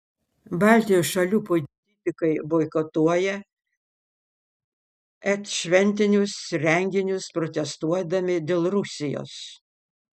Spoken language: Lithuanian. baltijos šalių politikai boikotuoja et šventinius renginius protestuodami dėl rusijos